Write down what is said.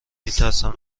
ترسم